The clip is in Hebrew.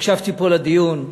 הקשבתי פה לדיון.